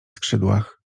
skrzydłach